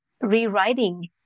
rewriting